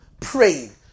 praying